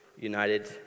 United